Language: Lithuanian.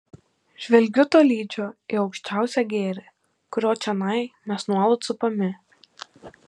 žvelgiu tolydžio į aukščiausią gėrį kurio čionai mes nuolat supami